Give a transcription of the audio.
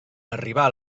arribar